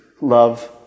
Love